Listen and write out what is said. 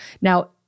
Now